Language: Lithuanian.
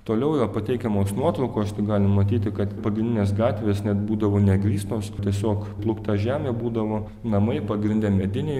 toliau yra pateikiamos nuotraukos tai galim matyti kad pagrindinės gatvės net būdavo negrįstos tiesiog plūkta žemė būdavo namai pagrinde mediniai